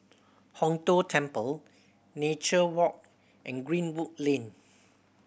Hong Tho Temple Nature Walk and Greenwood Lane